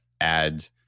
add